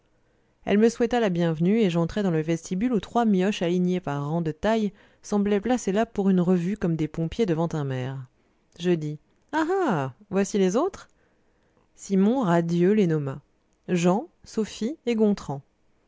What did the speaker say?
elle me souhaita la bienvenue et j'entrai dans le vestibule où trois mioches alignés par rang de taille semblaient placés là pour une revue comme des pompiers devant un maire je dis ah ah voici les autres simon radieux les nomma jean sophie et gontran